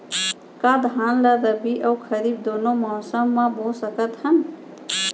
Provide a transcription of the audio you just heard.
का धान ला रबि अऊ खरीफ दूनो मौसम मा बो सकत हन?